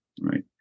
right